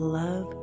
love